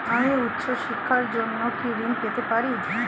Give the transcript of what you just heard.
আমি উচ্চশিক্ষার জন্য কি ঋণ পেতে পারি?